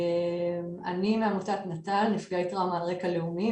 אני מעמותת נט"ל, נפגעי טראומה על רגע לאומי.